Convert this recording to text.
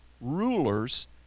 rulers